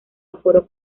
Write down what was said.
aforo